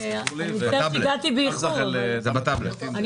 ביקורות שהראו דברים